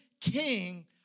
king